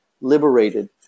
liberated